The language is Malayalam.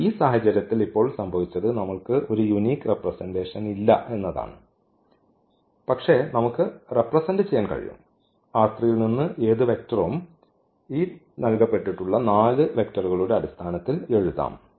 എന്നാൽ ഈ സാഹചര്യത്തിൽ ഇപ്പോൾ സംഭവിച്ചത് നമ്മൾക്ക് ഒരു യൂനിക് റെപ്രെസെന്റഷൻ ഇല്ല പക്ഷേ നമുക്ക് റെപ്രെസെന്റ് ചെയ്യാൻ കഴിയും ഈ ൽ നിന്ന് ഏത് വെക്റ്ററും ഈ നാല് വെക്റ്ററുകളുടെ അടിസ്ഥാനത്തിൽ എഴുതാം